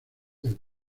del